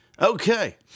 Okay